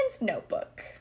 notebook